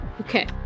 Okay